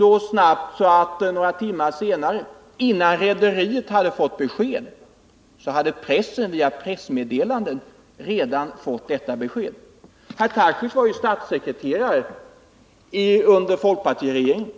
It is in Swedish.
Bara några timmar senare och innan rederiet hade fått besked hade beslutet via pressmeddelanden nått pressen. Herr Tarschys var ju statssekreterare under folkpartiregeringen.